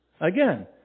Again